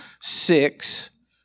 six